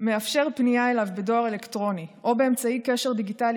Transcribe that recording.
מאפשר פנייה אליו בדואר אלקטרוני או באמצעי קשר דיגיטלי